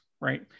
right